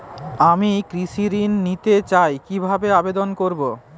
আমি কৃষি ঋণ নিতে চাই কি ভাবে আবেদন করব?